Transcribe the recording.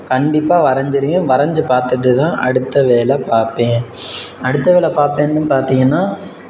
கண்டிப்பாக வரைஞ்சிடுவேன் வரைஞ்சி பார்த்துட்டு தான் அடுத்த வேலை பார்ப்பேன் அடுத்த வேலை பார்ப்பேன்னு பார்த்திங்கன்னா